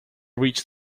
reach